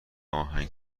آهنگ